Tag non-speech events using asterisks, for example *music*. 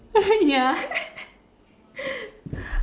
*laughs* ya *laughs*